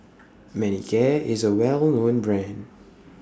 Manicare IS A Well known Brand